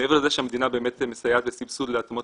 מעבר לזה שהמדינה מסייעת בסבסוד להתאמות